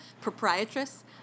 proprietress